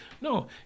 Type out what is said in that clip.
No